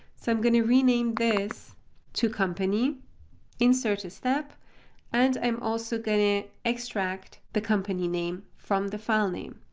so i'm going to rename this to company insert a step and i'm also going to extract the company name from the file name.